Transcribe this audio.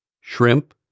shrimp